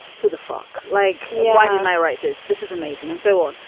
who the fuck? like you? why didn't i write this? this is amazing. and so on.